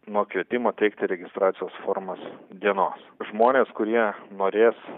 nuo kvietimo teikti registracijos formos dienos žmonės kurie norės